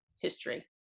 history